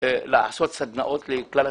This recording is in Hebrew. לעשות סדנאות לכלל התושבים?